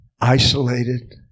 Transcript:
Isolated